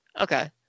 Okay